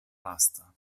lasta